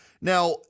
Now